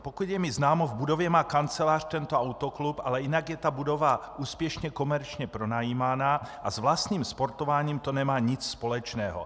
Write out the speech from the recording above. Pokud je mi známo, v budově má kancelář tento autoklub, ale jinak je ta budova úspěšně komerčně pronajímána a s vlastním sportováním to nemá nic společného.